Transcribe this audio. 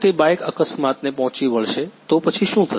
ધારો કે તે બાઇક અકસ્માતને પહોંચી વળશે તો પછી શું થશે